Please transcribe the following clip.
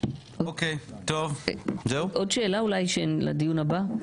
עוד שאלה לדיון הבא.